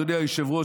אדוני היושב-ראש,